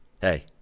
Hey